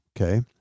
Okay